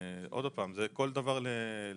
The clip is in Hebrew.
שוב, זה כל מקרה לגופו.